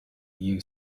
you